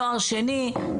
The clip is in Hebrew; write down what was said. תואר שני,